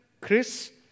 Chris